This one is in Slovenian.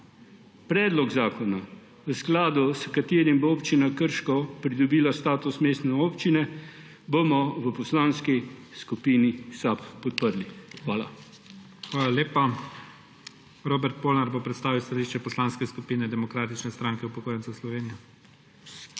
Predlog zakona, v skladu s katerim bo občina Krško pridobila status mestne občine, bomo v Poslanski skupini SAB podprli. Hvala. PREDSEDNIK IGOR ZORČIČ: Hvala lepa. Robert Polnar bo predstavil stališče Poslanske skupine Demokratične stranke upokojencev Slovenije.